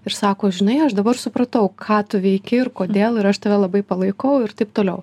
ir sako žinai aš dabar supratau ką tu veiki ir kodėl ir aš tave labai palaikau ir taip toliau